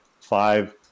five